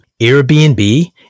Airbnb